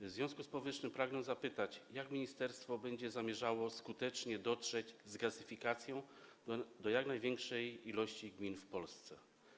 W związku z powyższym pragnę zapytać, jak ministerstwo będzie zamierzało skutecznie dotrzeć z gazyfikacją do jak największej liczby gmin w Polsce.